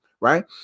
Right